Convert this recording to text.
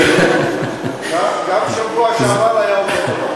זה, גם בשבוע שעבר היה אותו דבר.